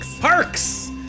Parks